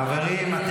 חברים,